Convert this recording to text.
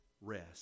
rest